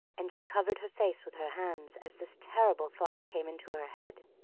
and she covered her face with her hands as this terrible thought came into her head.